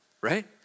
right